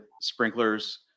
Sprinkler's